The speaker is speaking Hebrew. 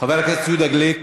חבר הכנסת יהודה גליק,